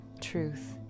Truth